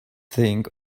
think